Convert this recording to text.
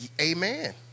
Amen